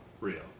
Rio